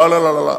לא, לא, לא.